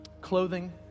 clothing